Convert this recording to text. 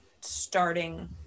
starting